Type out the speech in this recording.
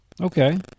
Okay